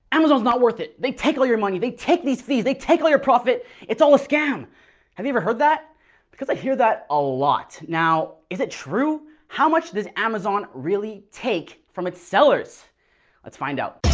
amazon's not worth it they take all your money they take these fees they take all your profit it's all a scam have you ever heard that because i hear that a lot now is it true how much this amazon really take from its sellers let's find out